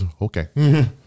Okay